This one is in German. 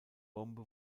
bombe